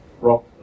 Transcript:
rock